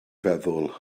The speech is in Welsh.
feddwl